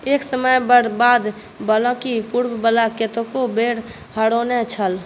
एक समय पर बाद बलाकेँ पूर्व बला कतेको बेर हरौने छल